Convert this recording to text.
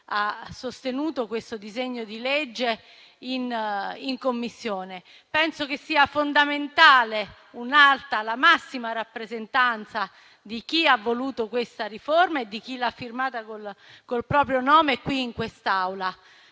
ha sostenuto questo provvedimento in Commissione. Penso che sia fondamentale un'alta, la massima rappresentanza di chi ha voluto questa riforma e di chi l'ha firmata con il proprio nome qui in quest'Aula.